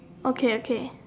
okay okay